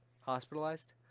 hospitalized